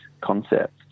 concept